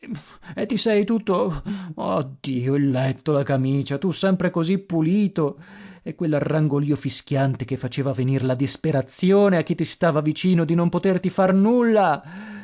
e ti sei tutto ah dio il letto la camicia tu sempre così pulito e quell'arrangolio fischiante che faceva venir la disperazione a chi ti stava vicino di non poterti far nulla